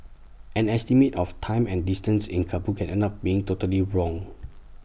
an estimate of time and distance in Kabul can end up being totally wrong